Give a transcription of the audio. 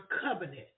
covenant